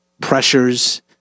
pressures